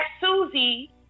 Susie